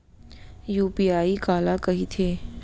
UPI काला कहिथे?